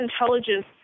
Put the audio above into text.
Intelligence